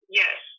yes